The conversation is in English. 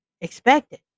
expected